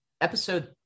episode